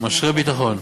משרה ביטחון,